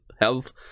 health